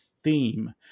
theme